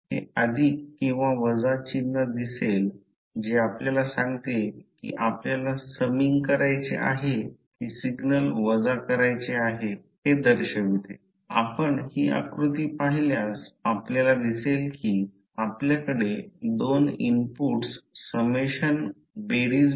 तर हवेसाठी किंवा कोणत्याही मॅग्नेटिक प्रॉपर्टी नसलेल्या माध्यमासाठी मॅग्नेटिक फ्लक्स डेन्सिटीमग्नेटायझिंग फोर्स हा रेशो एक कॉन्स्टंट आहे म्हणजे जर B ही फ्लक्स डेन्सिटी असेल तर ते टेस्ला किंवा वेबर पर मीटर स्क्वेअर हे युनिट आहे